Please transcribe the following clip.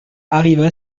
arriva